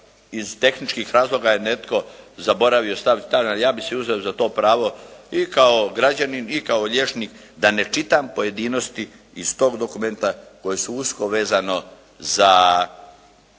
iz tehničkih razloga je netko zaboravio staviti tajno, ali ja bih si uzeo za to pravo i kao građanin i kao liječnik da ne čitam pojedinosti iz tog dokumenta koje su usko vezano za